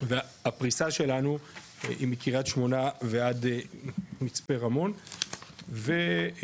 והפריסה שלנו היא מקריית שמונה ועד מצפה רמון ובעשרות